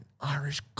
Irish